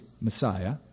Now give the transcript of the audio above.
Messiah